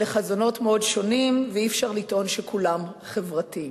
אלה חזונות מאוד שונים ואי-אפשר לטעון שכולם חברתיים.